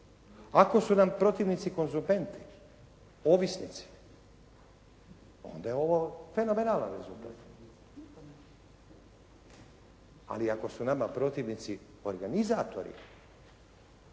Ako su nam protivnici konzumenti, ovisnici onda je ovo fenomenalan rezultat. Ali ako su nama protivnici organizatori,